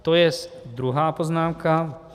To jest druhá poznámka.